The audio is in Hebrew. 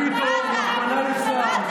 מה אתה עושה?